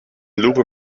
lupe